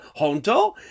Honto